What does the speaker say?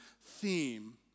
theme